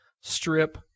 strip